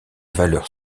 valeurs